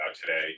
today